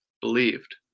believed